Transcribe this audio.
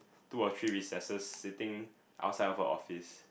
two or three recesses sitting outside of her office